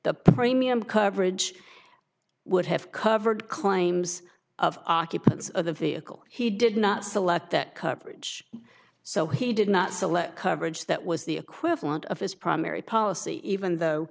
the premium coverage would have covered claims of occupants of the vehicle he did not select that coverage so he did not select coverage that was the equivalent of his primary policy even though